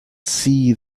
see